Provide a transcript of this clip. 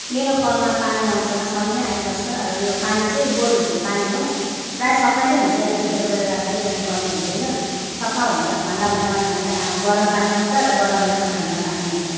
मेरो कलमा पानी आउँछ सधैँ नै आइबस्छ र यो पानी चाहिँ बोरवेलको पानी हो प्रायः सफा नै हुन्छ यसलाई फिल्टर गरेर खाइरहनु पर्ने हुँदैन सफा हुन्छ ठन्डा महिनामा ठन्डा गरम पानी आउँछ र गरम महिनामा ठन्डा पानी आउँछ